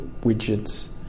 widgets